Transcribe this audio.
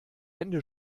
hände